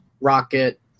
Rocket